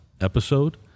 episode